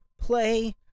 play